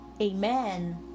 Amen